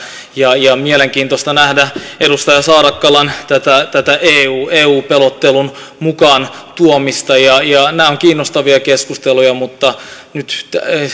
ja on mielenkiintoista nähdä tätä edustaja saarakkalan eu eu pelottelun mukaan tuomista nämä ovat kiinnostavia keskusteluja mutta